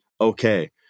Okay